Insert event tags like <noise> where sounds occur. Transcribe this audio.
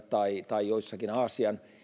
<unintelligible> tai tai joissakin aasian